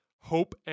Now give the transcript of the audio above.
HOPE